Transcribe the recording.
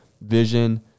vision